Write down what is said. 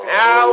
Now